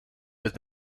with